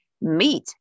Meat